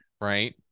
right